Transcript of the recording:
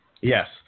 Yes